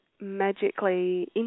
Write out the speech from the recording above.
magically